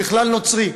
הוא בכלל נוצרי.